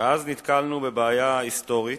ואז נתקלנו בבעיה היסטורית,